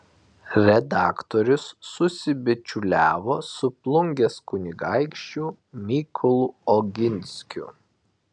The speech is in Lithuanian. redaktorius susibičiuliavo su plungės kunigaikščiu mykolu oginskiu